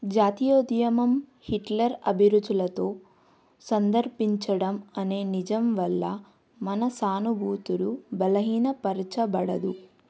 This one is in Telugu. జాతీయోద్యమం హిట్లర్ అభిరుచులతో సందర్భించడం అనే నిజం వల్ల మన సానుభూతులు బలహీనపరచబడదు